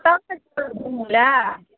सब गोटे जेबय घूमय लए